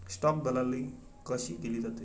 Stock दलाली कशी केली जाते?